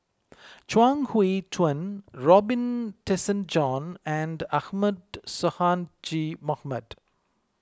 Chuang Hui Tsuan Robin Tessensohn and Ahmad Sonhadji Mohamad